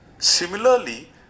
Similarly